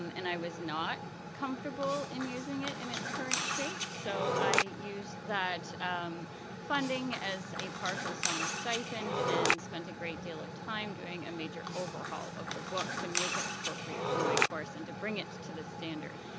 um and i was not comfortable in using it in its current shape. so i used that funding as a partial summer stipend and spent a great deal of time doing a major overhaul of the book to make it appropriate for my course and to bring it to the standard.